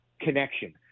connection